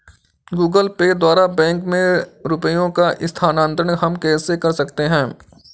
Google Pay द्वारा bank में रुपयों का स्थानांतरण हम कैसे कर सकते हैं?